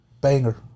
Banger